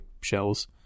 shells